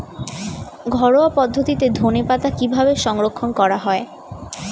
ঘরোয়া পদ্ধতিতে ধনেপাতা কিভাবে সংরক্ষণ করা হয়?